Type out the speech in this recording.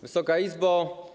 Wysoka Izbo!